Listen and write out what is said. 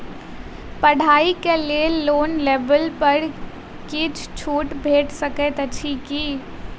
पढ़ाई केँ लेल लोन लेबऽ पर किछ छुट भैट सकैत अछि की?